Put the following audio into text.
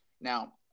now